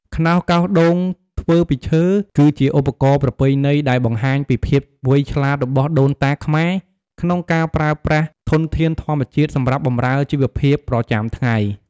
ខ្នោសកោសដូងធ្វើពីឈើ គឺជាឧបករណ៍ប្រពៃណីដែលបង្ហាញពីភាពវៃឆ្លាតរបស់ដូនតាខ្មែរក្នុងការប្រើប្រាស់ធនធានធម្មជាតិសម្រាប់បម្រើជីវភាពប្រចាំថ្ងៃ។